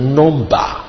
number